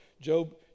Job